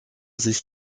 sich